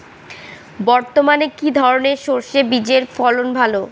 বর্তমানে কি ধরনের সরষে বীজের ফলন ভালো?